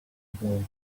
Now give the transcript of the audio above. bulbs